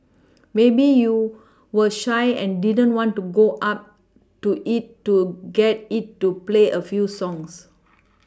maybe you were shy and didn't want to go up to it to get it to play a few songs